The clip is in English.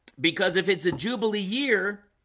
because if it's a jubilee year,